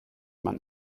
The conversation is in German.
man